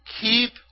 Keep